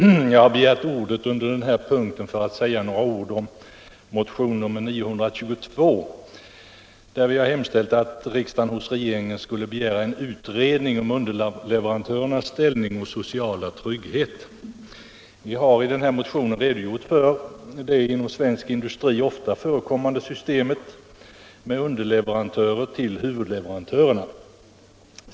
Herr talman! Jag har begärt ordet under den här punkten för att säga några ord om motionen 922, där vi hemställt att riksdagen hos regeringen skulle begära en utredning om underleverantörernas ställning och sociala trygghet. Vi har i motionen redogjort för det inom svensk industri ofta förekommande systemet med underleverantörer till huvudleverantörer.